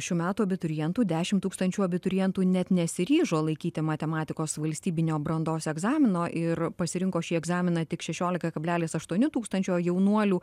šių metų abiturientų dešimt tūkstančių abiturientų net nesiryžo laikyti matematikos valstybinio brandos egzamino ir pasirinko šį egzaminą tik šešiolika kablelis aštuoni tūkstančio jaunuolių